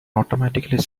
automatically